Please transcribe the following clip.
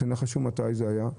תנחשו מתי זה היה?